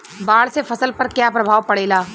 बाढ़ से फसल पर क्या प्रभाव पड़ेला?